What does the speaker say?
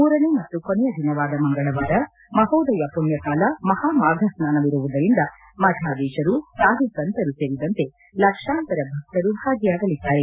ಮೂರನೇಯ ಮತ್ತು ಕೊನೆಯ ದಿನ ಮಹೋದಯ ಪುಣ್ಹಕಾಲ ಮಹಾ ಮಾಫ ಸ್ನಾನವಿರುವುದರಿಂದ ಮಕಾಧಿಶರುಸಾಧುಸಂತರು ಸೇರಿದಂತೆ ಲಕ್ಷಾಂತರ ಭಕ್ತರು ಭಾಗಿಯಾಗಲಿದ್ದಾರೆ